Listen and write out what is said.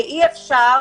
אי-אפשר